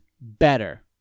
better